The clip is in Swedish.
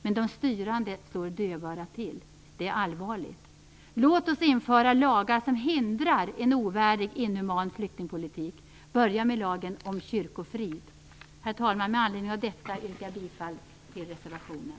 Men de styrande slår dövörat till. Det är allvarligt. Låt oss införa lagar som hindrar en ovärdig och inhuman flyktingpolitik. Börja med lagen om kyrkofrid. Herr talman! Med anledning av detta yrkar jag bifall till reservationen.